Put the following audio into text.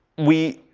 we,